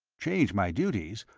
change my duties?